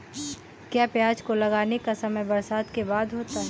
क्या प्याज को लगाने का समय बरसात के बाद होता है?